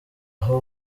aho